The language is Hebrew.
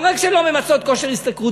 לא רק שהן לא ממצות כושר השתכרות,